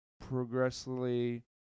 progressively